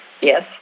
Yes